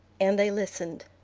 and they listened.